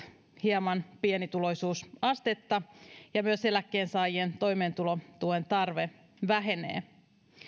hieman pienituloisuusastetta ja myös eläkkeensaajien toimeentulotuen tarve vähenee